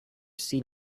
seen